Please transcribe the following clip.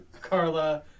Carla